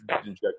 inject